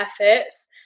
efforts